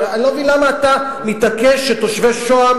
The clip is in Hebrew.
אני לא מבין למה אתה מתעקש שתושבי שוהם